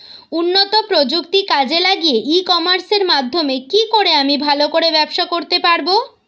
উন্নত প্রযুক্তি কাজে লাগিয়ে ই কমার্সের মাধ্যমে কি করে আমি ভালো করে ব্যবসা করতে পারব?